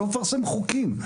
אני לא מפרסם חוקים.